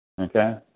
Okay